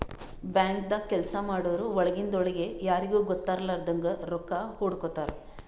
ಬ್ಯಾಂಕ್ದಾಗ್ ಕೆಲ್ಸ ಮಾಡೋರು ಒಳಗಿಂದ್ ಒಳ್ಗೆ ಯಾರಿಗೂ ಗೊತ್ತಾಗಲಾರದಂಗ್ ರೊಕ್ಕಾ ಹೊಡ್ಕೋತಾರ್